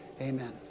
Amen